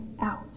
out